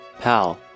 Pal